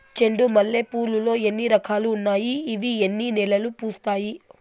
చెండు మల్లె పూలు లో ఎన్ని రకాలు ఉన్నాయి ఇవి ఎన్ని నెలలు పూస్తాయి